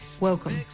welcome